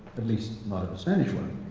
at least not of a spanish one.